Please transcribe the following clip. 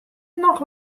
noch